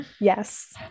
yes